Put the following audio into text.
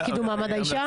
הוועדה לקידום מעמד האישה?